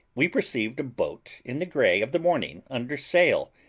we perceived a boat in the grey of the morning under sail,